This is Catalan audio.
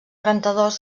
rentadors